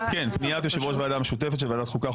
פניית יושב ראש הוועדה המשותפת של ועדת החוקה,